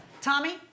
Tommy